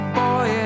boy